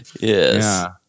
yes